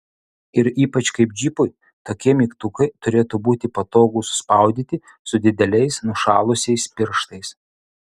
ir ypač kaip džipui tokie mygtukai turėtų būti patogūs spaudyti su dideliais nušalusiais pirštais